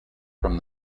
from